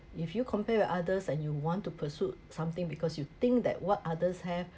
if you compare with others and you want to pursue something because you think that what others have